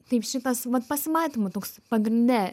taip šitas vat pasimatymų toks pagrinde